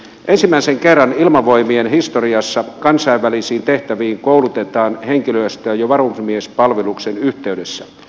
ensimmäisen kerran ilmavoimien historiassa kansainvälisiin tehtäviin koulutetaan henkilöstöä jo varusmiespalveluksen yhteydessä